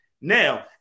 Now